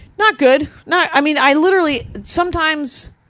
not good. not, i mean, i literally, sometimes,